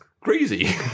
crazy